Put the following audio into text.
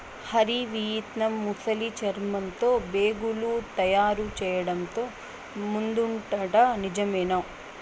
Hari, Vietnam ముసలి చర్మంతో బేగులు తయారు చేయడంతో ముందుందట నిజమేనా